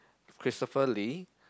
Christopher-Lee